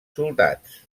soldats